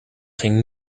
ging